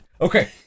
Okay